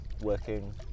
working